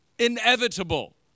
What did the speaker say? Inevitable